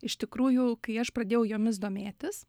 iš tikrųjų kai aš pradėjau jomis domėtis